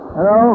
Hello